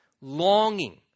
longing